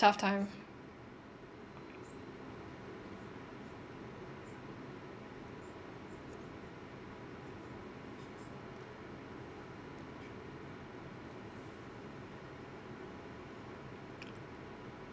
tough time